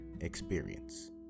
experience